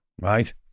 Right